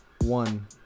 one